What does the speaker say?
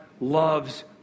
loves